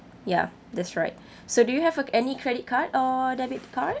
ya that's right so do you have a any credit card or debit card